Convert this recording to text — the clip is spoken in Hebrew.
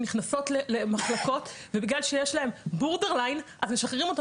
שנכנסות למחלקות ובגלל שיש להן בורדרליין אז משחררים אותן